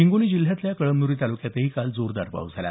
हिंगोली जिल्ह्यातल्या कळमनुरी तालुक्यातही काल जोरदार पाऊस झाला